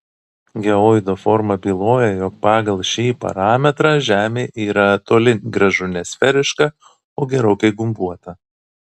geoido forma byloja jog pagal šį parametrą žemė yra toli gražu ne sferiška o gerokai gumbuota